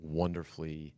wonderfully